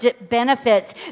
benefits